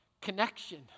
connection